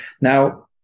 Now